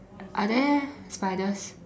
are there spiders